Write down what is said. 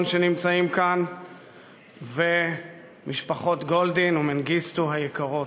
שנמצאים כאן ומשפחות גולדין ומנגיסטו היקרות,